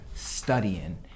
studying